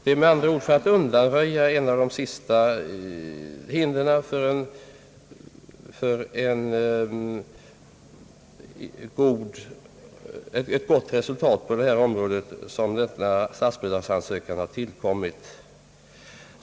Det är med andra ord för att undanröja ett av de sista hindren för ett gott resultat, som denna statsbidragsansökan har tillkommit.